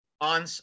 on